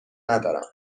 ندارم